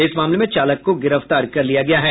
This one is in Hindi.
इस मामले में चालक को गिरफ्तार किया गया है